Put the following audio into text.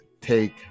take